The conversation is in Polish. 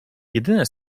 jedyne